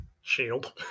Shield